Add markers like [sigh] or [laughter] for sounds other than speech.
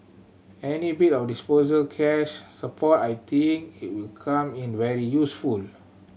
any bit of [unintelligible] cash support I think it will come in very useful